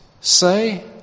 say